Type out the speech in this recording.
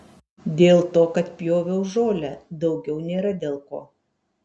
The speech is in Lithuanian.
dėl to kad pjoviau žolę daugiau nėra dėl ko